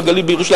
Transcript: בגליל ובירושלים,